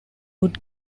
would